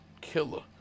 killer